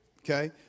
Okay